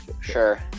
Sure